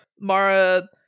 Mara